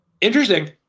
Interesting